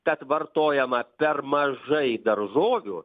kad vartojama per mažai daržovių